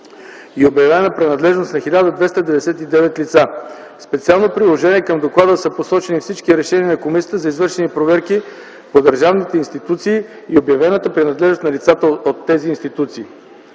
е обявена принадлежност на 1299 лица. В специално приложение към доклада са посочени всички решения на комисията за извършените проверки по държавните институции и обявената принадлежност на лицата от тези институции.